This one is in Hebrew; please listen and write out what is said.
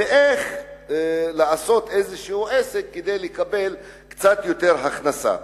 ואיך לעשות איזה עסק כדי לקבל קצת יותר הכנסה.